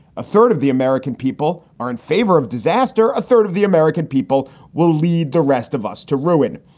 a third of the american people are in favor of disaster. a third of the american people will lead the rest of us to ruin.